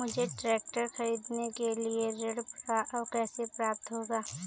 मुझे ट्रैक्टर खरीदने के लिए ऋण कैसे प्राप्त होगा?